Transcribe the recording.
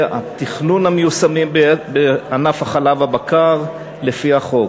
התכנון המיושמים בענף חלב הבקר לפי החוק.